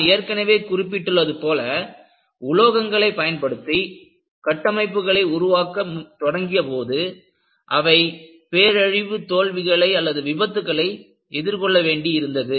நான் ஏற்கனவே குறிப்பிட்டுள்ளது போல உலோகங்களைப் பயன்படுத்தி கட்டமைப்புகளை உருவாக்க தொடங்கியபோது அவை பேரழிவு தோல்விகளைவிபத்துகளை எதிர்கொள்ள வேண்டியிருந்தது